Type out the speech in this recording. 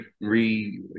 re